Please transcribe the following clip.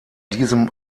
diesem